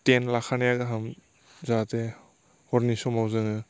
ten लाखानाया गाहाम जाहाते हरनि समाव जोङो